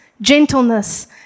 Gentleness